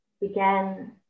began